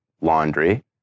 laundry